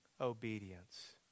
obedience